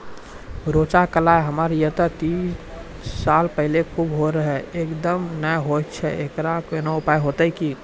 रेचा, कलाय हमरा येते तीस साल पहले खूब होय रहें, अब एकदम नैय होय छैय तऽ एकरऽ कोनो उपाय हेते कि?